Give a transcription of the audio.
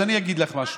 אז אני אגיד לך משהו,